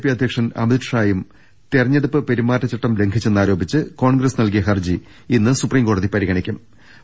P അധ്യക്ഷൻ അമിത്ഷായും തെരഞ്ഞെടുപ്പ് പെരുമാറ്റച്ചട്ടം ലംഘിച്ചെന്ന് ആരോപിച്ച് കോൺഗ്രസ് നൽകിയ ഹർജി ഇന്ന് സുപ്രീംകോടതി പരിഗണിക്കൂം